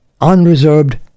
unreserved